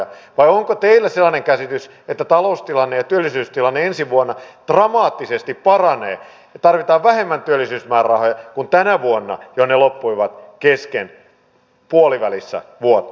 vai onko teillä sellainen käsitys että taloustilanne ja työllisyystilanne ensi vuonna dramaattisesti paranevat ja tarvitaan vähemmän työllisyysmäärärahoja kuin tänä vuonna jolloin ne loppuivat kesken puolivälissä vuotta